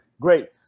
Great